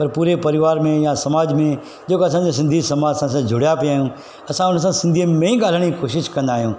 त पूरे परिवार में या समाज में जेको असांजे सिंधी समाज सां असां जुड़िया पिया आहियूं असां हुन सां सिंधी में ई ॻाल्हाइण जी कोशिशि कंदा आहियूं